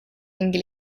ringi